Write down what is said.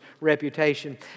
reputation